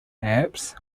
apps